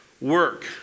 work